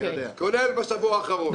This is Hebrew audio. כולל בשבוע האחרון.